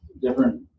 different